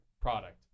product